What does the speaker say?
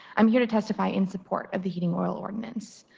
i'm here to testify in support of the heating oil ordinance,